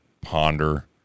Ponder